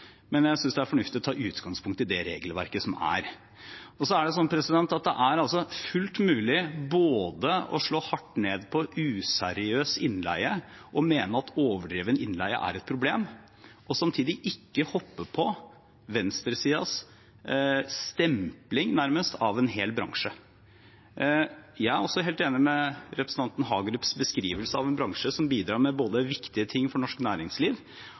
Men jeg synes det er fornuftig å ta utgangspunkt i det regelverket som er. Så er det sånn at det er fullt mulig både å slå hardt ned på useriøs innleie og mene at overdreven innleie er et problem, og samtidig ikke hoppe på venstresidens stempling, nærmest, av en hel bransje. Jeg er også helt enig i representanten Hagerups beskrivelse av en bransje som både bidrar med viktige ting for norsk næringsliv,